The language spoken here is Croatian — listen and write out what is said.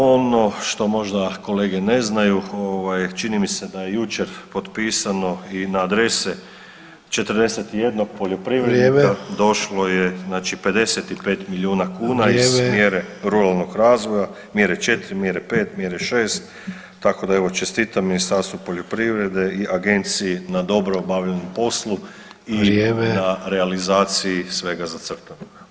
Ono što možda kolege ne znaju čini mi se da je jučer potpisano i na adrese 41 poljoprivrednika došlo je znači 55 milijuna kuna iz mjere ruralnog razvoja mjere 4, mjere 5, mjere 6 tako da evo čestitam Ministarstvu poljoprivrede i Agenciji na dobro obavljenom poslu i na realizaciji svega zacrtanog.